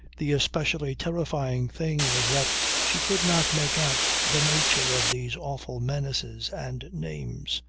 the especially terrifying thing was that she could not make out the nature of these awful menaces and names.